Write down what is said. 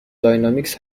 داینامیکس